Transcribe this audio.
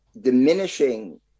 diminishing